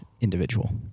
individual